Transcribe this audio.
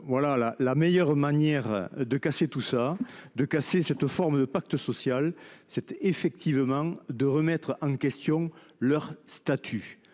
Voilà la la meilleure manière de casser tout ça de casser cette forme de pacte social c'était effectivement de remettre en question leur statut.